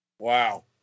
Wow